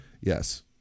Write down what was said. Yes